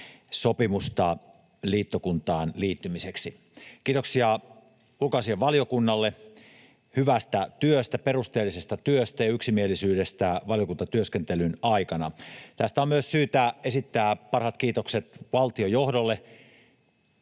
sopimusta liittokuntaan liittymiseksi. Kiitoksia ulkoasiainvaliokunnalle hyvästä työstä, perusteellisesta työstä ja yksimielisyydestä valiokuntatyöskentelyn aikana. Tästä on myös syytä esittää parhaat kiitokset valtiojohdolle,